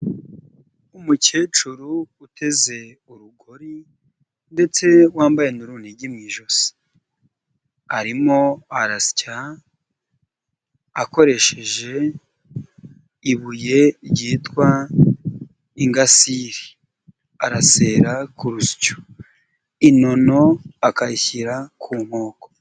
Umukecuru uteze urugori ndetse wambaye n'urunigi mu ijosi, arimo arasya akoresheje ibuye ryitwa ingasiri, arasera ku rusyo inono akayishyira ku nkoko.